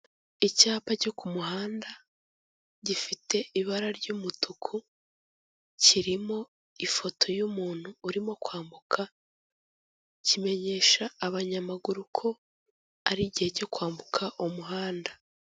Icyapa cyo ku muhanda gifite ibara ry'umutuku, kirimo ifoto y'umuntu urimo kwambuka, kimenyesha abanyamaguru ko ari igihe cyo kwambuka umuhanda.